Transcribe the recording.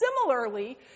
Similarly